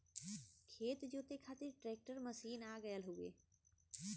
खेत जोते खातिर ट्रैकर मशीन आ गयल हउवे